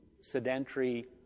sedentary